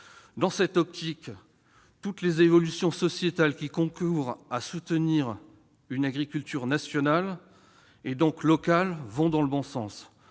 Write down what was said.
Dans cette optique, toutes les évolutions sociétales qui concourent à soutenir une agriculture nationale, et donc locale, vont dans le bon sens.